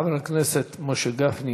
חבר הכנסת משה גפני,